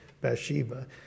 Bathsheba